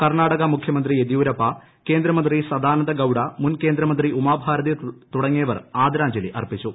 കർണാടക മുഖ്യമന്ത്രി യെദ്യൂരപ്പ കേന്ദ്രമന്ത്രി സദാനന്ദ ഗൌഡ മുൻ കേന്ദ്രമന്ത്രി ഉമാഭാരതി തുടങ്ങിയവർ ആദരാഞ്ജലി അർപ്പിച്ചു